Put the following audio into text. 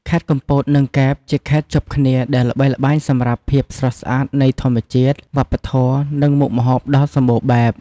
ខេត្តកំពត និងកែប ជាខេត្តជាប់គ្នាដែលល្បីល្បាញសម្រាប់ភាពស្រស់ស្អាតនៃធម្មជាតិ វប្បធម៌ និងមុខម្ហូបដ៏សម្បូរបែប។